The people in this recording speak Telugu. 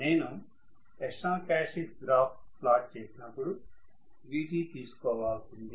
నేను ఎక్స్టర్నల్ క్యారక్టర్య్స్టిక్స్ గ్రాఫ్ ప్లాట్ చేసినపుడు Vt తీసుకోవాల్సింది